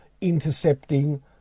intercepting